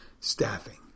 staffing